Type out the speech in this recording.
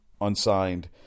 unsigned